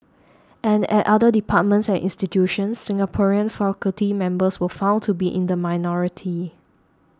and at other departments and institutions Singaporean faculty members were found to be in the minority